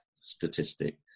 statistic